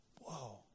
Whoa